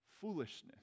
Foolishness